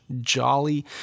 jolly